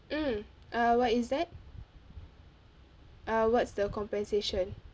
um uh what is that uh what's the compensation